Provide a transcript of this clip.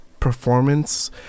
performance